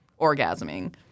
orgasming